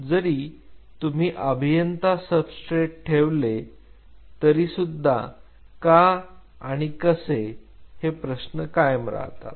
जरी तुम्ही अभियंता सबस्ट्रेट ठेवले तरीसुद्धा का आणि कसे हे प्रश्न कायम राहतात